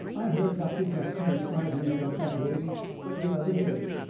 i heard doctor jackson describe himself that way the other day.